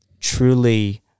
truly